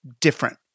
different